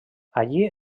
allí